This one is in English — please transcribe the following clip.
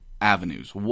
avenues